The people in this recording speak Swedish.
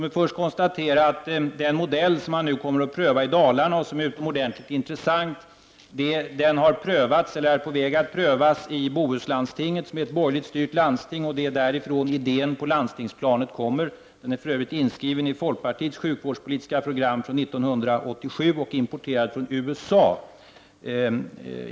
Låt mig först konstatera att den modell som man nu kommer att pröva i Dalarna och som är utomordentligt intressant är på väg att prövas i Bohuslandstinget, som är ett borgerligt styrt landsting, och det är därifrån som idén på landstingsplanet kommer. Den är för övrigt inskriven i folkpartiets sjukvårdspolitiska program från 1987 och importerad från USA.